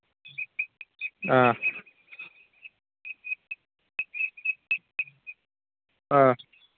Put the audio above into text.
ꯑꯥ ꯑꯥ